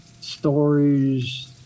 stories